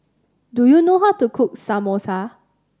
do you know how to cook Samosa